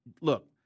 look